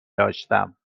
داشتم